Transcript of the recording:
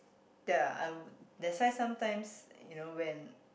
there are I would that's why sometimes you know when